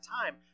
time